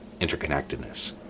interconnectedness